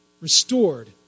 Restored